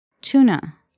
tuna